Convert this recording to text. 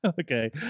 okay